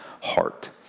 heart